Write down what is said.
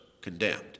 condemned